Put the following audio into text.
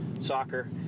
soccer